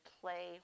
play